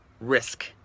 risk